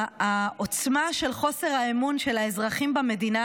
העוצמה של חוסר האמון של האזרחים במדינה